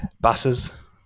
Buses